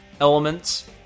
elements